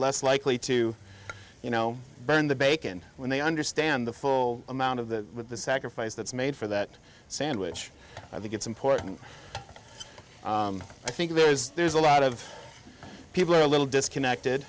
less likely to you know burn the bacon when they understand the full amount of the the sacrifice that's made for that sandwich i think it's important i think there is there's a lot of people are a little disconnected